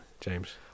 James